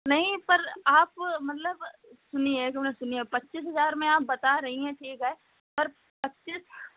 नहीं पर आप मतलब सुनिए एक मिनट सुनिए पच्चीस हजार में आप बता रही हैं ठीक है पर पच्चीस